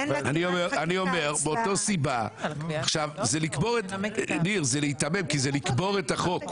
אין לה --- ניר, זה להיתמם כי זה לקבור את החוק.